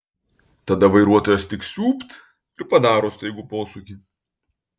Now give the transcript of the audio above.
tada vairuotojas tik siūbt ir padaro staigų posūkį